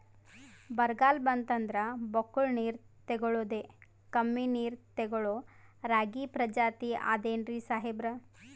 ಬರ್ಗಾಲ್ ಬಂತಂದ್ರ ಬಕ್ಕುಳ ನೀರ್ ತೆಗಳೋದೆ, ಕಮ್ಮಿ ನೀರ್ ತೆಗಳೋ ರಾಗಿ ಪ್ರಜಾತಿ ಆದ್ ಏನ್ರಿ ಸಾಹೇಬ್ರ?